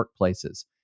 workplaces